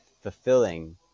fulfilling